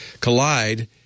Collide